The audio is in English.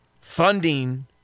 funding